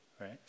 right